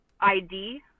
ID